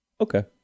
Okay